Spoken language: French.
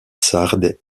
sarde